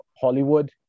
Hollywood